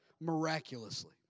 miraculously